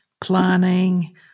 planning